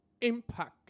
impact